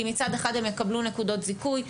כי מצד אחד הם יקבלו נקודות זיכוי,